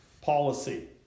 policy